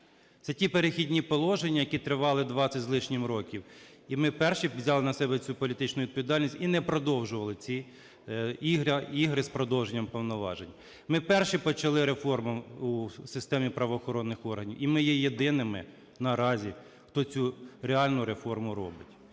Це ті Перехідні положення, які тривали 20 з лишнім років. І ми перші взяли на себе цю політичну відповідальність, і не продовжували ці ігри із продовженням повноважень. Ми перші почали реформу у системі правоохоронних органів і ми є єдиними наразі хто реальну реформу робить.